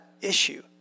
issue